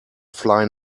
fly